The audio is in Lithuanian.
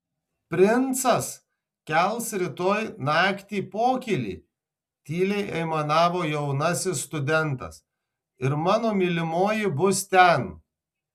princas kels rytoj naktį pokylį tyliai aimanavo jaunasis studentas ir mano mylimoji bus ten